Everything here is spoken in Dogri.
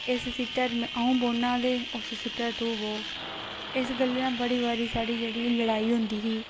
इस सीटै पर अ'ऊं बौह्ना ते उस सीटै पर तूं बो इस गल्ला रा बड़ी बारी साढ़ी जेह्ड़ी लड़ाई होंदी ही